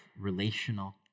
relational